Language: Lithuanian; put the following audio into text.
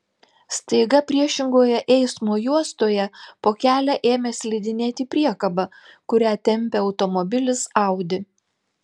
staiga priešingoje eismo juostoje po kelią ėmė slidinėti priekaba kurią tempė automobilis audi